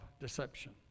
deception